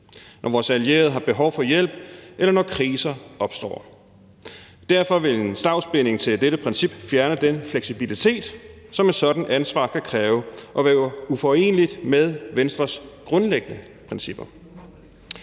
når vores allierede har behov for hjælp, eller når kriser opstår. Derfor vil en stavnsbinding til dette princip fjerne den fleksibilitet, som et sådant ansvar kan kræve, og vil være uforeneligt med Venstres grundlæggende principper.